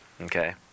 okay